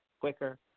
quicker